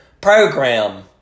program